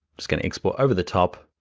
just gonna explore over the top,